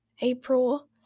April